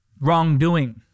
wrongdoing